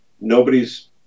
nobody's